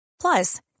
Plus